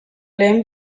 lehen